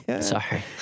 Sorry